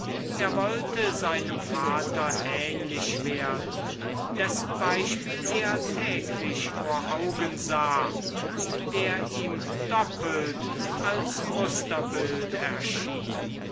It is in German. er wollte seinem vater ähnlich werden dessen beispiel er täglich vor augen sah und der ihm doppelt als musterbild erschien